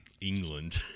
England